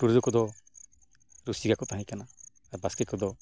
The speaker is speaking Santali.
ᱴᱩᱰᱩ ᱠᱚᱫᱚ ᱨᱩᱥᱤᱠᱟ ᱠᱚ ᱛᱟᱦᱮᱸ ᱠᱟᱱᱟ ᱟᱨ ᱵᱟᱥᱠᱮ ᱠᱚᱫᱚ